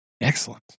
Excellent